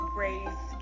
race